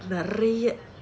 நெறய:neraya